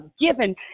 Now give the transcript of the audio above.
given